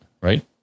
right